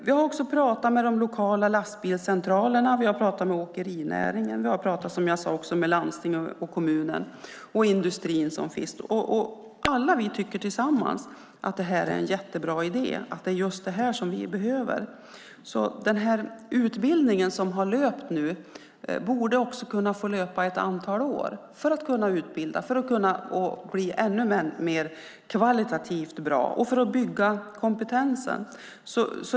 Vi har också talat med de lokala lastbilscentralerna, åkerinäringen, landsting, kommun och den industri som finns. Alla vi tycker tillsammans att det är en jättebra idé och att det är just det vi behöver. Den utbildning som nu har löpt borde kunna få löpa ett antal år för att vi ska kunna utbilda, för att den ska bli ännu mer kvalitativt bra och för att vi ska kunna bygga kompetensen.